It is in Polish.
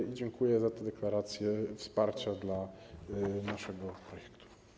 I dziękuję za te deklaracje wsparcia dla naszego projektu.